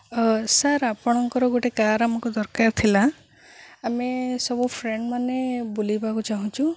sir ଆପଣଙ୍କର ଗୋଟେ car ଆମକୁ ଦରକାର ଥିଲା ଆମେ ସବୁ ଫ୍ରେଣ୍ଡ୍ମାନେ ବୁଲିବାକୁ ଚାହୁଁଛୁ